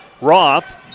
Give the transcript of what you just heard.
Roth